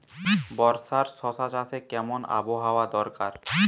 বর্ষার শশা চাষে কেমন আবহাওয়া দরকার?